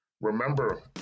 Remember